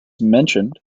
mentioned